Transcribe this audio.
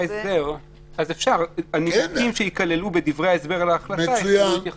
אז אפשר: הנימוקים שיכללו בדברי ההסבר להחלטה יקבלו התייחסות.